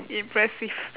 impressive